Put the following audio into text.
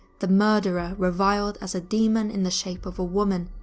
the murderer reviled as demon in the shape of a woman,